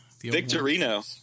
Victorino